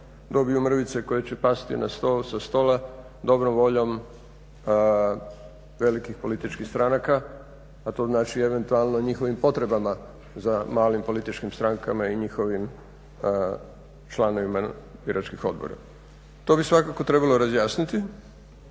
dobiju mrvice koje će pasti sa stola dobrom voljom velikih političkih stranaka? A to znači eventualno njihovim potrebama za malim političkim strankama i njihovim članovima biračkih odbora. To bi svakako trebalo razjasniti.